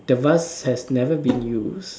the vase has never been used